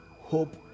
hope